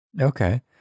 okay